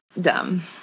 Dumb